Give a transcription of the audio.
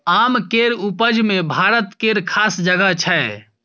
आम केर उपज मे भारत केर खास जगह छै